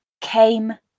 Came